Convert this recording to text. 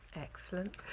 Excellent